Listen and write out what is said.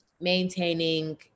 maintaining